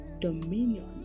dominion